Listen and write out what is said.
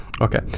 Okay